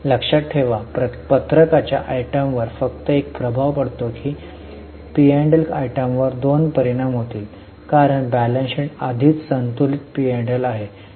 लक्षात ठेवा शिल्लक पत्रकाच्या आयटमवर फक्त एक प्रभाव पडतो पी आणि एल आयटमवर दोन परिणाम होतील कारण बॅलन्स शीट आधीच संतुलित पी आणि एल आहे